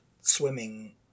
swimming